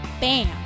BAM